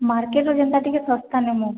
ମାର୍କେଟରୁ ଯେନ୍ତା ଟିକେ ଶସ୍ତା ନେମୁ